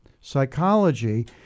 psychology